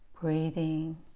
Breathing